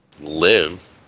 live